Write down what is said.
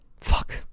Fuck